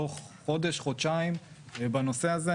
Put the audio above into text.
בתוך חודש-חודשיים בנושא הזה.